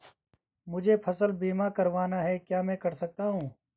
मुझे फसल बीमा करवाना है क्या मैं कर सकता हूँ?